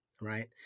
right